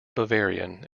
bavarian